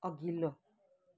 अघिल्लो